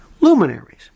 luminaries